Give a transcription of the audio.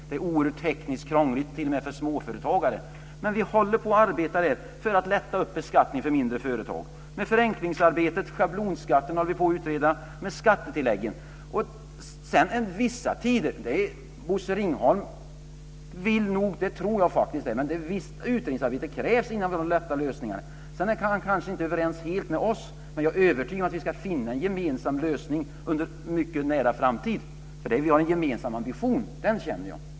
Det är oerhört tekniskt krångligt t.o.m. för småföretagare, men vi håller på och arbetar för att lätta upp beskattningen för mindre företag. Det är ett förenklingsarbete. Schablonskatten håller vi på att utreda, och skattetilläggen. Bosse Ringholm vill nog; det tror jag faktiskt. Men visst utredningsarbete krävs innan vi har de lätta lösningarna. Sedan är han kanske inte helt överens med oss, men jag är övertygad om att vi ska finna en gemensam lösning under en mycket nära framtid, för vi har en gemensam ambition. Den känner jag.